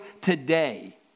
today